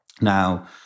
Now